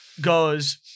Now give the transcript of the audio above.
goes